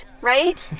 right